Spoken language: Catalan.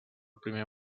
primer